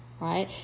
right